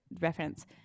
reference